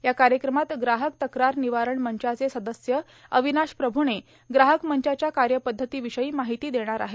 या कार्यक्रमात ग्राहक तक्रार निवारण मंचाचे सदस्य अविनाश प्रभूणे ग्राहक मंचाच्या कार्यपध्दतीविषयी माहिती देणार आहेत